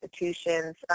institutions